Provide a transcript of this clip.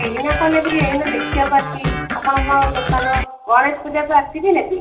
ଏଇନା କଣ ନେବି ଏଇନା ଦେଖିବାକୁ ଆସିଛି ଆପଣଙ୍କ ଦୋକାନ ଗଣେଶ ପୂଜାକୁ ଆସିବି ନେବି